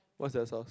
what's the source